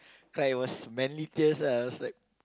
cry it was manly tears lah I was like